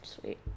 Sweet